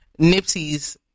Nipsey's